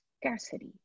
scarcity